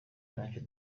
ntacyo